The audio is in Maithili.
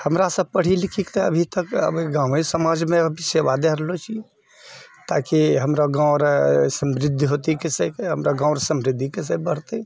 हमरा सब पढ़ी लिखी कऽ अभी तक गाँवे समाजमे अभी सेवा दे रहलो छी ताकि हमरो गॉँव आओर समृद्ध कैसे हमरा गॉंवके समृद्धि कैसे बढ़तै